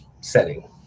setting